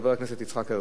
חבר הכנסת יצחק הרצוג.